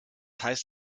heißt